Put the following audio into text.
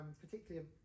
particularly